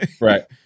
Right